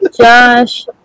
Josh